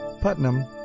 Putnam